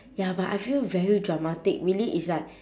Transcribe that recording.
ya but I feel very dramatic really is like